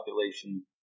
population